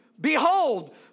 behold